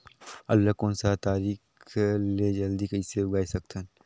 आलू ला कोन सा तरीका ले जल्दी कइसे उगाय सकथन?